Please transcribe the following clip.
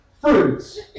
fruits